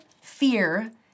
fear